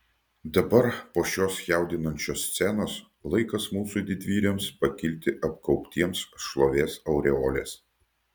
dabar po šios jaudinančios scenos laikas mūsų didvyriams pakilti apgaubtiems šlovės aureolės